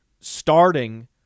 starting